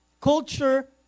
Culture